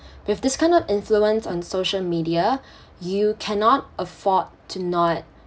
with this kind of influence on social media you cannot afford to not